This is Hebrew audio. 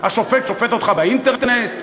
השופט שופט אותך באינטרנט?